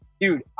Dude